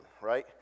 right